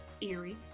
Eerie